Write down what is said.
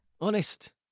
Honest